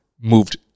moved